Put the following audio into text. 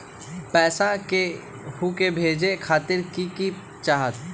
पैसा के हु के भेजे खातीर की की चाहत?